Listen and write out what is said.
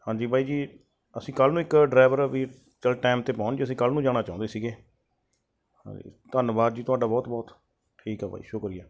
ਹਾਂਜੀ ਬਾਈ ਜੀ ਅਸੀਂ ਕੱਲ੍ਹ ਨੂੰ ਇੱਕ ਡਰਾਈਵਰ ਵੀ ਚੱਲ ਟਾਈਮ 'ਤੇ ਪਹੁੰਚ ਜੇ ਅਸੀਂ ਕੱਲ੍ਹ ਨੂੰ ਜਾਣਾ ਚਾਹੁੰਦੇ ਸੀਗੇ ਹਾਂਜੀ ਧੰਨਵਾਦ ਜੀ ਤੁਹਾਡਾ ਬਹੁਤ ਬਹੁਤ ਠੀਕ ਆ ਬਾਈ ਸ਼ੁਕਰੀਆ